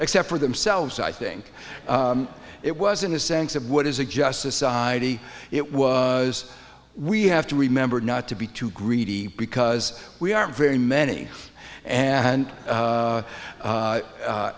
except for themselves i think it was in a sense of what is it just society it was we have to remember not to be too greedy because we are very many and